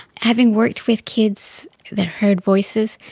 having worked with kids that heard voices,